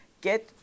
get